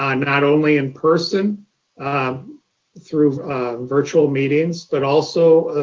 um not only in person through virtual meetings, but also,